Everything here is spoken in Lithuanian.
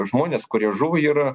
žmonės kurie žuvo yra